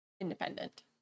independent